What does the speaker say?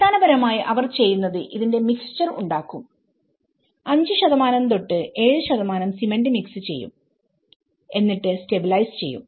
അടിസ്ഥാനപരമായി അവർ ചെയ്യുന്നത് ഇതിന്റെ മിക്സ്ചർ ഉണ്ടാക്കും5 to 7 സിമന്റ് മിക്സ് ചെയ്യുംഎന്നിട്ട് സ്റ്റബിലൈസ് ചെയ്യും